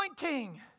anointing